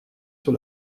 sur